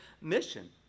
mission